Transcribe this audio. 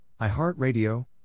iHeartRadio